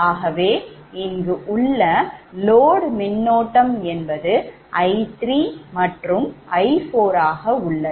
ஆகவே இங்கு உள்ள load மின்னோட்டம் என்பது I3 மற்றும் I4 ஆக உள்ளது